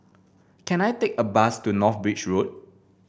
can I take a bus to North Bridge Road